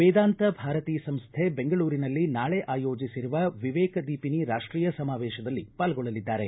ವೇದಾಂತ ಭಾರತಿ ಸಂಸ್ಥೆ ಬೆಂಗಳೂರಿನಲ್ಲಿ ನಾಳೆ ಆಯೋಜಿಸಿರುವ ವಿವೇಕ ದೀಪಿನಿ ರಾಷ್ಷೀಯ ಸಮಾವೇಶದಲ್ಲಿ ಪಾಲ್ಗೊಳ್ಳಲಿದ್ದಾರೆ